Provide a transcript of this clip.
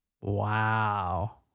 Wow